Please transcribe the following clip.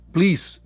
Please